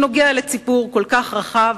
שנוגע לציבור כל כך רחב,